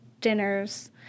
dinners